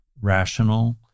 rational